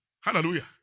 Hallelujah